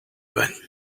байна